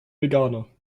veganer